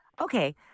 okay